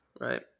Right